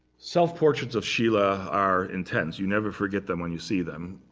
self-portraits of schiele ah are intense. you never forget them when you see them.